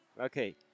Okay